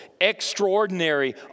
extraordinary